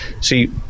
see